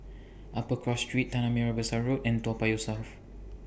Upper Cross Street Tanah Merah Besar Road and Toa Payoh South